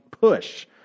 push